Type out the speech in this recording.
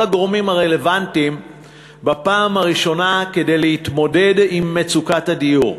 הגורמים הרלוונטיים כדי להתמודד עם מצוקת הדיור.